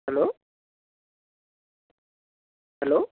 hello hello